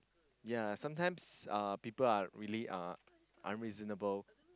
ya sometimes uh people are really uh unreasonable